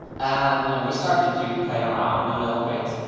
and we started to play around a little bit.